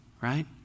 Right